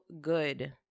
good